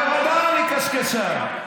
בוודאי אני קשקשן.